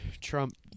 Trump